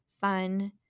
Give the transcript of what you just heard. fun